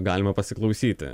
galima pasiklausyti